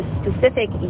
specific